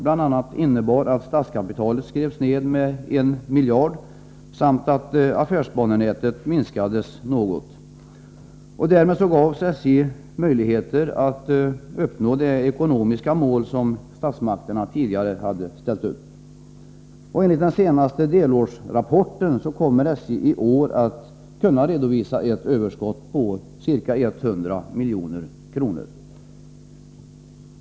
bl.a. innebar att statskapitalet skrevs ned med 1 miljard samt att affärsbanenätet minskades något. Därmed gavs SJ möjligheter att uppnå de ekonomiska mål som statsmakterna tidigare ställt upp. Enligt den senaste delårsrapporten kommer SJ i år att kunna redovisa ett överskott på ca 100 milj.kr.